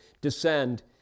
descend